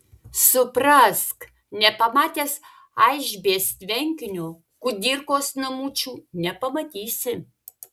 suprask nepamatęs aišbės tvenkinio kudirkos namučių nepamatysi